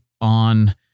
on